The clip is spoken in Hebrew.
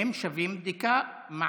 והם שווים בדיקה מעמיקה.